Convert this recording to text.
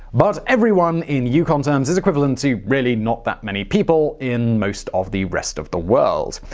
but everyone in yukon terms is equivalent to really not that many people in most of the rest of the world.